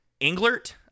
Englert